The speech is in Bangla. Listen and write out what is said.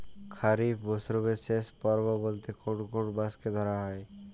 খরিপ মরসুমের শেষ পর্ব বলতে কোন কোন মাস কে ধরা হয়?